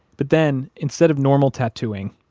but then instead of normal tattooing,